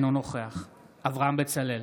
אינו נוכח אברהם בצלאל,